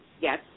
Yes